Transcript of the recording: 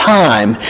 time